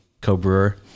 co-brewer